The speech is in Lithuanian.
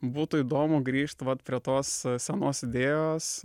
būtų įdomu grįžt vat prie tos senos idėjos